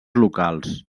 locals